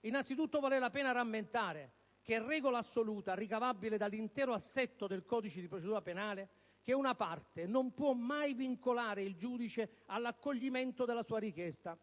innanzi tutto vale la pena rammentare che è regola assoluta, ricavabile dall'intero assetto del codice di procedura penale, che una parte non può mai vincolare il giudice all'accoglimento della sua richiesta.